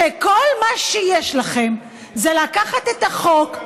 שכל מה שיש לכם זה לקחת את החוק,